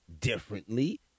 differently